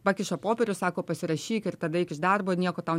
pakiša popierius sako pasirašyk ir tada eik iš darbo nieko tau